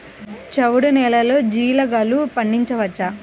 చవుడు నేలలో జీలగలు పండించవచ్చా?